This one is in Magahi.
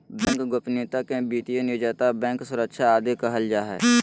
बैंक गोपनीयता के वित्तीय निजता, बैंक सुरक्षा आदि कहल जा हइ